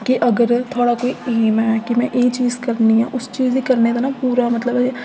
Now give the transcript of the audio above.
कि अगर थुआढ़ा कोई एम ऐ कि अगर में एह् चीज करनी ऐं तां उस चीज गी करने दा पूरा मतलब एह्